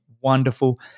wonderful